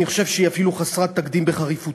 אני חושב שהיא אפילו חסרת תקדים בחריפותה.